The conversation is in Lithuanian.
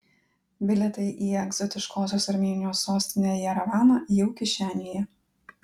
bilietai į egzotiškosios armėnijos sostinę jerevaną jau kišenėje